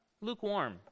lukewarm